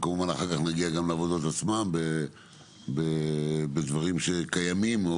כמובן אחר כך להגיע לעבודות עצמן בדברים שקיימים או